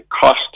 cost